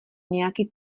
nějaký